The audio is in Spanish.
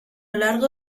largo